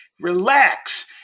Relax